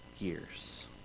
years